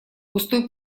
густой